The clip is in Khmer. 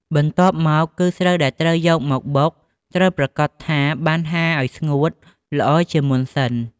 បន្ទាប់មកគឺស្រូវដែលត្រូវយកមកបុក ត្រូវប្រាកដថាបានហាលឱ្យស្ងួតល្អជាមុនសិន។